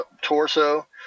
torso